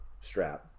strap